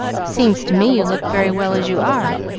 seems to me you look very well as you are.